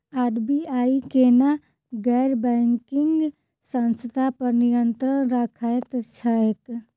RBI केना गैर banking संस्था पर नियत्रंण राखैत छैक?